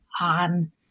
on